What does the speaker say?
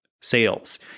sales